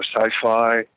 sci-fi